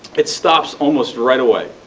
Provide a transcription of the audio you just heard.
it stops almost right away.